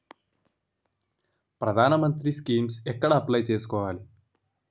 ప్రధాన మంత్రి స్కీమ్స్ ఎక్కడ అప్లయ్ చేసుకోవాలి?